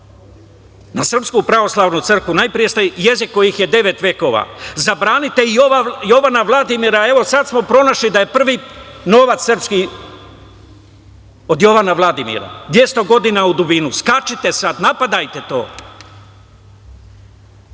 na ono poslednje, na SPC, najpre ste jezik koji je devet vekova. Zabranite i Jovana Vladimira, a evo, sada smo pronašli da je prvi novac srpski od Jovana Vladimira, 200 godina u dubinu. Skačite sad, napadajte